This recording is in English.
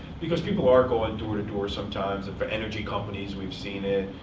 because people are going door to door sometimes, and for energy companies, we've seen it.